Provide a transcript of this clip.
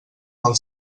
del